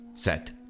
Set